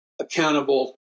Accountable